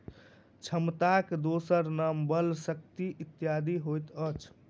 क्षमताक दोसर नाम बल, शक्ति इत्यादि होइत अछि